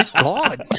God